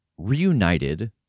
reunited